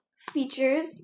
Features